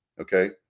okay